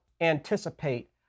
anticipate